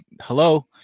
hello